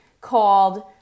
called